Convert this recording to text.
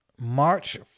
March